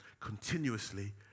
continuously